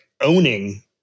owning